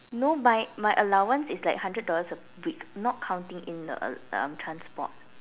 no my my allowance is like hundred dollars a week not counting in the uh transport